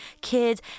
kids